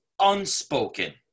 unspoken